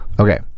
Okay